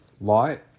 light